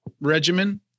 regimen